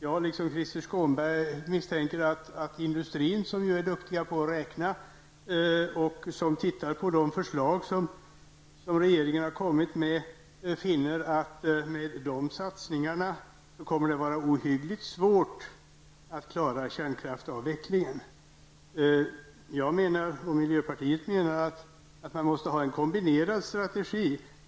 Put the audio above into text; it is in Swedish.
Jag liksom Krister Skånberg misstänker att man inom industrin, där man är duktig på att räkna, när man ser på de förslag som regeringen har presenterat, finner att det kommer att bli ohyggligt svårt att klara kärnkraftsavvecklingen med dessa satsningar. Jag och miljöpartiet menar att de måste finnas en kombinerad strategi.